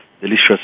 delicious